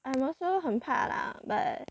I'm also 很怕 lah but